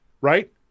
Right